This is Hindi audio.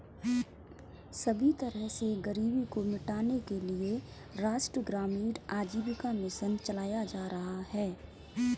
सभी तरह से गरीबी को मिटाने के लिये राष्ट्रीय ग्रामीण आजीविका मिशन चलाया जा रहा है